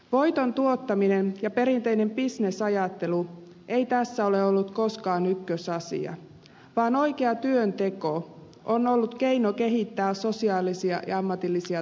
voiton tuottaminen ja perinteinen bisnesajattelu ei tässä ole ollut koskaan ykkösasia vaan oikea työnteko on ollut keino kehittää sosiaalisia ja ammatillisia taitoja